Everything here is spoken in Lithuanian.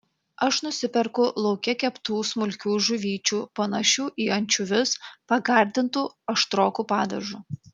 aš nusiperku lauke keptų smulkių žuvyčių panašių į ančiuvius pagardintų aštroku padažu